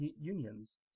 unions